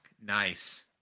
Nice